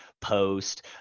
post